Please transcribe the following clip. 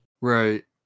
Right